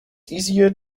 easier